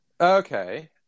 okay